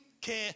care